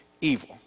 evil